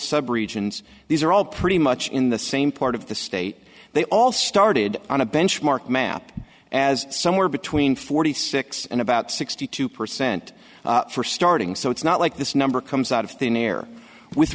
sub regions these are all pretty much in the same part of the state they all started on a benchmark map as somewhere between forty six and about sixty two percent for starting so it's not like this number comes out of thin air with